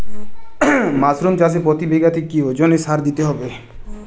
Mushroom চাষে প্রতি বিঘাতে কি ওজনে সার দিতে হবে?